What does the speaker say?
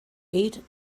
eight